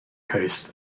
coast